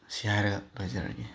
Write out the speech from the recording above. ꯁꯤ ꯍꯥꯏꯔꯒ ꯂꯣꯏꯖꯔꯒꯦ